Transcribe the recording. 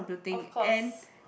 of course